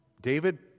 David